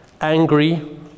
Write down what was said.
angry